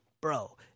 bro